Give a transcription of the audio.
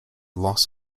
loss